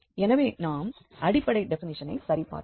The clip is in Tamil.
எனவே நாம் அடிப்படை டெபினிஷனை சரிபார்ப்போம்